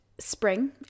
spring